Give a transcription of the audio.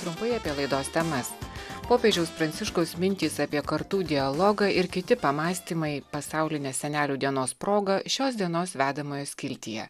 trumpai apie laidos temas popiežiaus pranciškaus mintys apie kartų dialogą ir kiti pamąstymai pasaulinės senelių dienos proga šios dienos vedamojo skiltyje